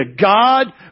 God